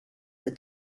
for